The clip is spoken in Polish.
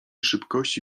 szybkości